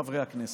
חברי הכנסת.